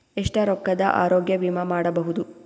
ಎಷ್ಟ ರೊಕ್ಕದ ಆರೋಗ್ಯ ವಿಮಾ ಮಾಡಬಹುದು?